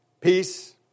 Peace